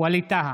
ווליד טאהא,